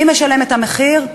מי משלם את המחיר?